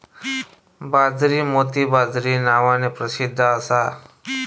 बाजरी मोती बाजरी नावान प्रसिध्द असा